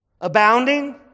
abounding